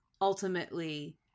ultimately